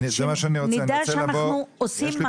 שנדע שאנחנו עושים משהו.